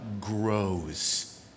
grows